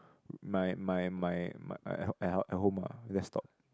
my my my at at home ah desktop